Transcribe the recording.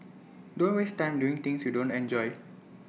don't waste time doing things you don't enjoy